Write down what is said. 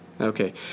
Okay